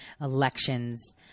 elections